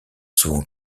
souvent